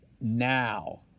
now